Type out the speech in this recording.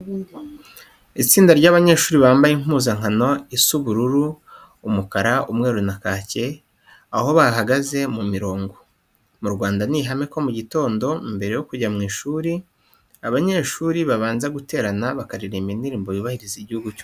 Itsinda ry'abanyeshuri bambaye impuzankano isa ubururu, umukara, umweru na kake, aho bahagaze ku mirongo. Mu Rwanda ni ihame ko mu gitondo mbere yo kujya mu ishuri abanyeshuri babanza bagaterana, bakaririmba indirimbo yubahiriza igihugu cy'u Rwanda.